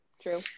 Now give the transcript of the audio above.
True